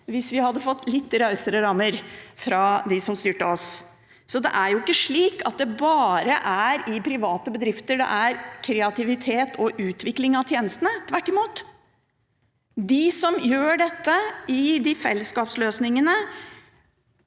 hvis vi hadde fått litt rausere rammer fra dem som styrte oss. Så det er ikke slik at det bare er i private bedrifter det er kreativitet og utvikling av tjenestene. Tvert imot – de som gjør dette i fellesskapsløsninger,